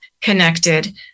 connected